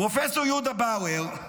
פרופ' יהודה באואר,